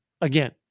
again